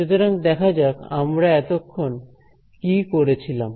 সুতরাং দেখা যাক আমরা এতক্ষণ কি করেছিলাম